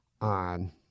on